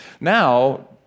Now